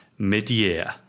midyear